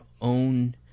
own